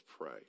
pray